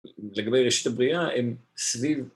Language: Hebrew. לגבי רשת הבריאה הם סביב